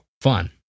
fun